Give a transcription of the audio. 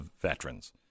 veterans